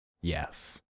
yes